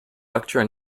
lecture